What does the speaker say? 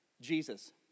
jesus